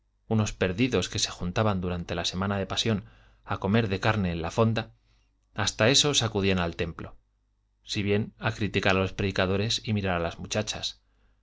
unos perdidos que se juntaban durante la semana de pasión a comer de carne en la fonda hasta esos acudían al templo si bien a criticar a los predicadores y mirar a las muchachas